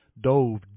dove